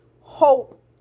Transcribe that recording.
hope